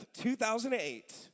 2008